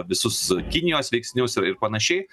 visus kinijos veiksnius ir panašiai